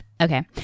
Okay